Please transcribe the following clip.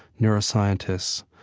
neuroscientists,